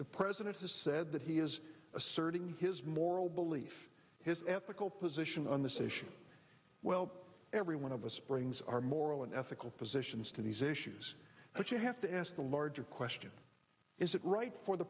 the president has said that he is asserting his moral beliefs his ethical position on this issue well every one of us brings our moral and ethical positions to these issues but you have to ask the larger question is it right for the